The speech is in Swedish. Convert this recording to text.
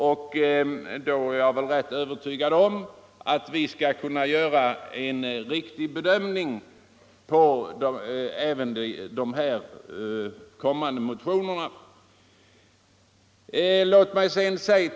Jag är rätt övertygad om att vi därvid skall kunna göra en riktig bedömning även av de eventuellt kommande motionerna.